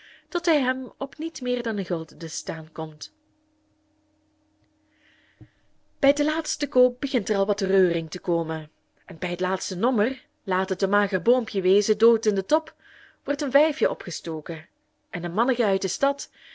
tot hij hem op niet meer dan een gulden te staan komt bij den laatsten koop begint er al wat reuring te komen en bij het laatste nommer laat het een mager boompje wezen dood in den top wordt een vijfje opgestoken en een manneken uit de stad